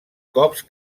cops